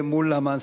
מול המן.